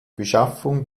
beschaffung